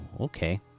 okay